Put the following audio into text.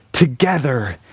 Together